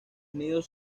nidos